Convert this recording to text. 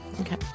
okay